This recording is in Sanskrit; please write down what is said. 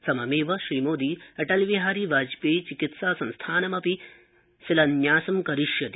सममेव श्रीमोदी अटल बिहारी वाजपेयी चिकित्सा संस्थानस्यापि शिलान्यासं करिष्यति